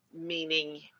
Meaning